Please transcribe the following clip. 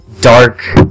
dark